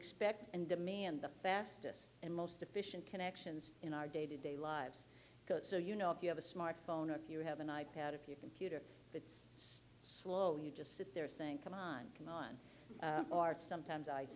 expect and demand the fastest and most efficient connections in our day to day lives so you know if you have a smartphone or you have an i pad if you computer it's slow you just sit there saying come on come on sometimes i